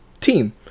team